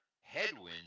headwinds